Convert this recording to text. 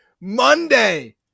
Monday